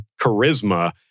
charisma